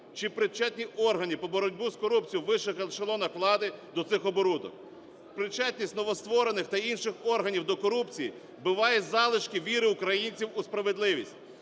чи причетні органи по боротьбі з корупцією у вищих ешелонах влади до цих оборудок. Причетність новостворених та інших органів до корупції вбиває залишки віри українців у справедливість.